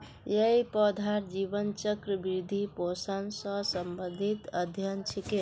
यई पौधार जीवन चक्र, वृद्धि, पोषण स संबंधित अध्ययन छिके